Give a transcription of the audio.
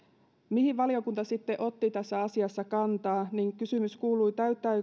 mihin valiokunta sitten otti tässä asiassa kantaa kysymys kuului täyttääkö tämä